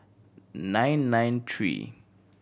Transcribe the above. nine nine three